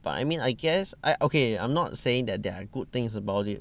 but I mean I guess I okay I'm not saying that there are good things about it